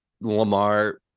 Lamar